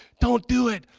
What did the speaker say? don't do it.